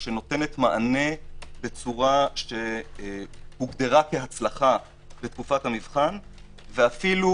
שנותנת מענה בצורה שהוגדרה כהצלחה בתקופת המבחן ואפילו